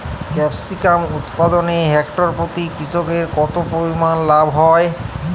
Capsicum উৎপাদনে hectare প্রতি কৃষকের কত পরিমান লাভ হয়?